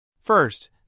First